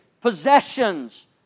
Possessions